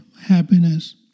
happiness